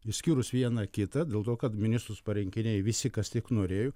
išskyrus vieną kitą dėl to kad ministrus parinkinėj visi kas tik norėjo